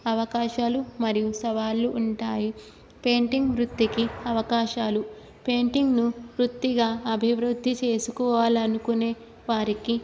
అవకాశాలు మరియు సవాళ్ళు ఉంటాయి పెయింటింగ్ వృత్తికి అవకాశాలు పెయింటింగ్ను వృత్తిగా అభివృద్ధి చేసుకోవాలనుకునే వారికి